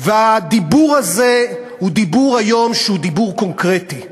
והדיבור הזה היום הוא דיבור קונקרטי.